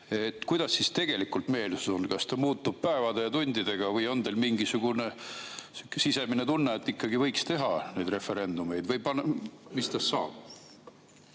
Kuidas siis tegelikult meelsus on? Kas ta muutub päevade ja tundidega või on teil mingisugune sisemine tunne, et võiks ikkagi teha referendumeid? Või mis tast saab?